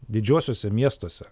didžiuosiuose miestuose